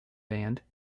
band